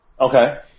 Okay